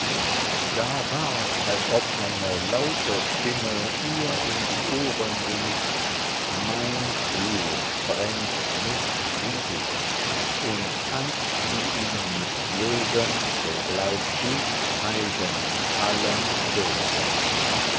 da war's als ob eine laute stimme ihr in die ohren rief mein fluch brennt mich wie dich und kannst du ihn nicht lösen so bleib ich eigen allem bösen